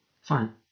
fine